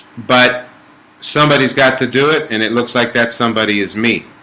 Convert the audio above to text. but somebody's got to do it, and it looks like that somebody is me